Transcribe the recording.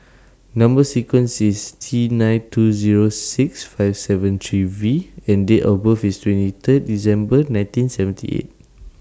Number sequence IS T nine two Zero six five seven three V and Date of birth IS twenty Third December nineteen seventy eight